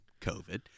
COVID